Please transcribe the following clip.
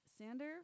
Sander